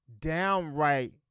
downright